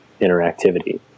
interactivity